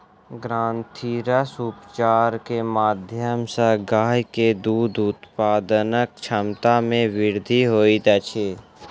ग्रंथिरस उपचार के माध्यम सॅ गाय के दूध उत्पादनक क्षमता में वृद्धि होइत अछि